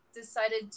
decided